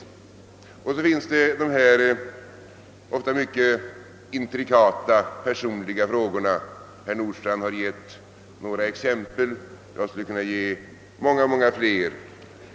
För det tredje finns de ofta mycket intrikata personliga frågorna. Herr Nordstrandh har gett några exempel. Jag skulle kunna ge många fler.